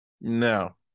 No